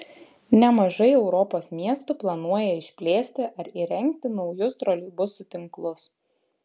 nemažai europos miestų planuoja išplėsti ar įrengti naujus troleibusų tinklus